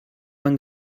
man